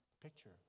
picture